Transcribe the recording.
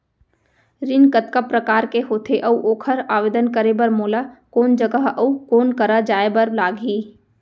ऋण कतका प्रकार के होथे अऊ ओखर आवेदन करे बर मोला कोन जगह अऊ कोन करा जाए बर लागही?